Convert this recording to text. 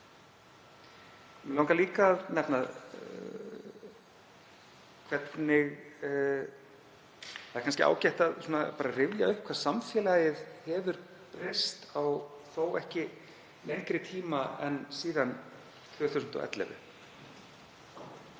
Mig langar líka að nefna og það er kannski ágætt að rifja upp hvað samfélagið hefur breyst á þó ekki lengri tíma en síðan 2011.